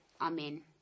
Amen